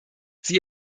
sie